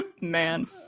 Man